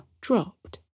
dropped